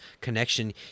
connection